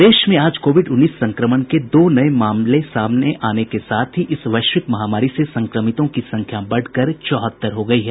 प्रदेश में आज कोविड उन्नीस संक्रमण के दो नये मामले सामने के साथ ही इस वैश्विक महामारी से संक्रमितों की संख्या बढ़कर चौहत्तर हो गयी है